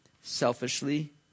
selfishly